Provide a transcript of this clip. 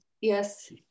Yes